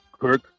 Kirk